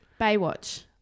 Baywatch